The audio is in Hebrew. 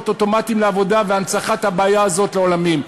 אוטומטיים לעבודה והנצחת הבעיה הזאת לעולמים.